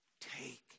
take